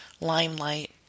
limelight